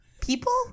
People